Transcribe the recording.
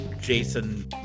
Jason